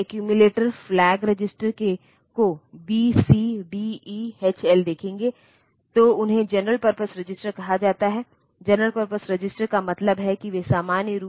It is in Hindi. असेंबली लैंग्वेज भी प्रोसेसर द्वारा समझा नहीं जाता है हमें इसे मशीन लैंग्वेज में बदलने की आवश्यकता है